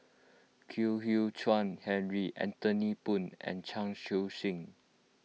Kwek Hian Chuan Henry Anthony Poon and Chan Chun Sing